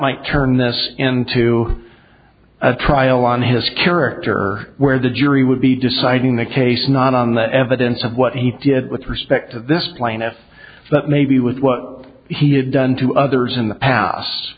might turn this into a trial on his character where the jury would be deciding the case not on the evidence of what he did with respect to this plaintiff but maybe with what he had done to others in the pass